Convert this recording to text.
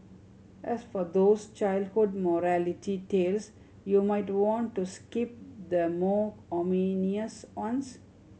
as for those childhood morality tales you might want to skip the more ominous ones